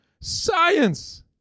Science